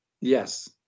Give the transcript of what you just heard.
Yes